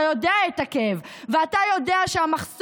אתה יודע את הכאב ואתה יודע שהמחסום